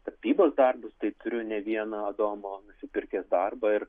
tapybos darbus tai turiu ne vieną adomo nusipirkęs darbą ir